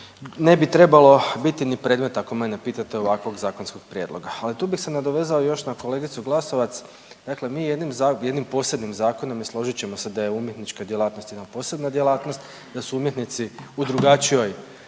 ne bi trebalo biti ni predmet ako mene pitate ovakvog zakonskog prijedloga. Ali tu bih se nadovezao još na kolegicu Glasovac, dakle mi jednim, jednim posebnim zakonom i složit ćemo se da je umjetnička djelatnost jedna posebna djelatnost, da su umjetnici u drugačijoj